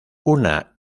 una